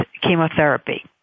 chemotherapy